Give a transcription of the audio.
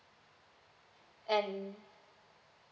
and